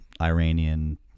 Iranian